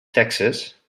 taxes